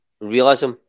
realism